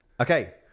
Okay